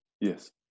yes